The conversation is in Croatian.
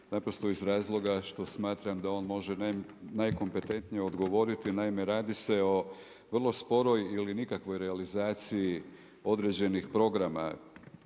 naprosto iz razloga što smatram da on može najkompetentnije odgovoriti. Naime, radi se o vrlo sporoj ili nikakvoj realizaciji određenih programa